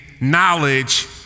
knowledge